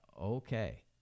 Okay